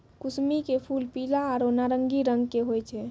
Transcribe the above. कुसमी के फूल पीला आरो नारंगी रंग के होय छै